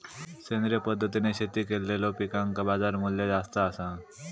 सेंद्रिय पद्धतीने शेती केलेलो पिकांका बाजारमूल्य जास्त आसा